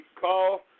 call